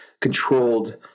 controlled